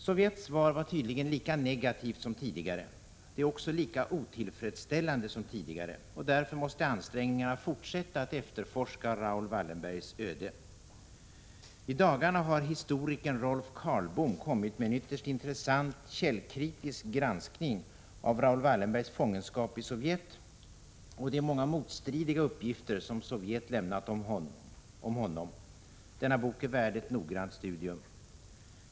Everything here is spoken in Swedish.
Sovjets svar var tydligen lika negativt som tidigare. Det är också lika otillfredsställande som tidigare. Därför måste ansträngningarna fortsätta att efterforska Raoul Wallenbergs öde. I dagarna har historikern Rolf Karlbom kommit med en ytterst intressant källkritisk granskning av Raoul Wallenbergs fångenskap i Sovjet och de många motstridiga uppgifter som Sovjet lämnat om honom. Denna bok är värd ett noggrant studium.